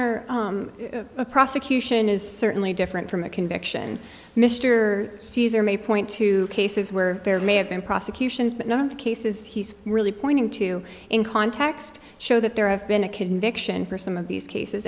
a prosecution is certainly different from a conviction mr caesar may point to cases where there may have been prosecutions but none of the cases he's really pointing to in context show that there have been a conviction for some of these cases